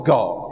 God